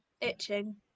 itching